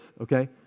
okay